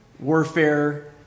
Warfare